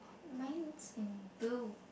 mine is in blue